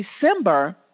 December